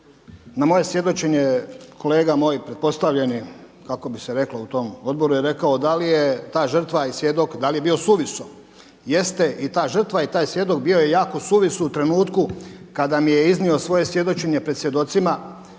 Na moje svjedočenje kolega moj pretpostavljeni kao bi se reklo u tom odboru je rekao da li je ta žrtva i svjedok, da je bio suvisao? Jest i ta žrtva i taj svjedok bio je jako suvisao u trenutku kada mi je iznio svoje svjedočenje pred svjedocima